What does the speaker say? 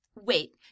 Wait